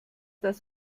das